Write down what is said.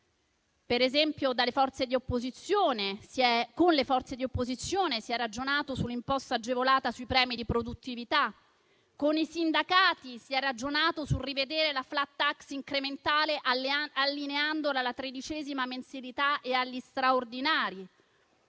Ad esempio, con le forze di opposizione si è ragionato su un'imposta agevolata sui premi di produttività. Con i sindacati si è ragionato sulla revisione della *flat tax* incrementale allineandola alla tredicesima mensilità e agli straordinari.